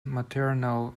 maternal